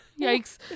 Yikes